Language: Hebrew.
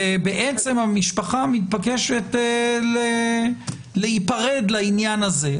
ובעצם המשפחה מתבקשת להיפרד לעניין הזה.